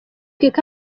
kandi